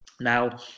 now